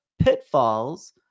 pitfalls